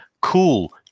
Cool